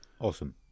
Awesome